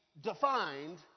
defined